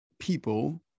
people